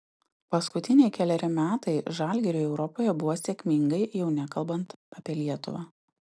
paskutiniai keleri metai žalgiriui europoje buvo sėkmingai jau nekalbant apie lietuvą